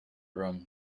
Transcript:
rum